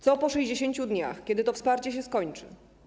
Co po 60 dniach, kiedy to wsparcie się skończy?